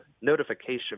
notification